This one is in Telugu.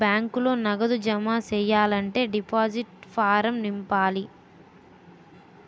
బ్యాంకులో నగదు జమ సెయ్యాలంటే డిపాజిట్ ఫారం నింపాల